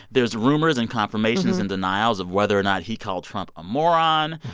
there's rumors and confirmations and denials of whether not he called trump a moron.